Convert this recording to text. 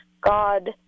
God